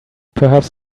perhaps